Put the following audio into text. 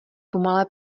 pomalé